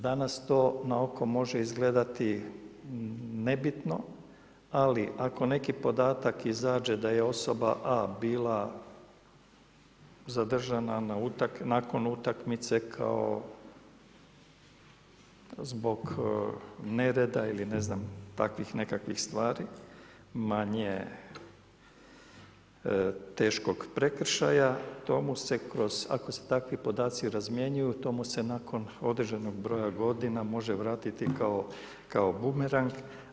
Danas to na oko može izgledati nebitno, ali ako neki podatak izađe da je osoba A bila zadržana nakon utakmice kao zbog nereda ili ne znam takvih nekakvih stvari manje teškog prekršaja, to mu se kroz, ako se takvi podaci razmjenjuju to mu se nakon određenog broja godina može vratiti kao bumerang.